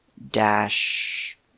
dash